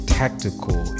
tactical